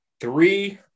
three –